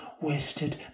wasted